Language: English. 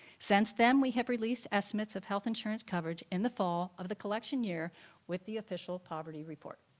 since then we have released estimates of health insurance coverage in the fall of the collection year with the official poverty report.